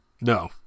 no